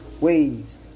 waves